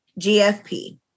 GFP